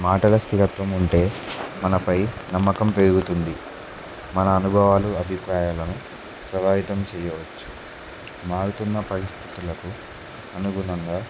మాటల స్థిరత్వం ఉంటే మనపై నమ్మకం పెరుగుతుంది మన అనుభవాలు అభిప్రాయంను ప్రభావితం చేయవచ్చు మారుతున్న పరిస్థితులకు అనుగుణంగా